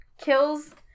kills